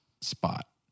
spot